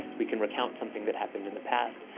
we can recount something that happened in the past,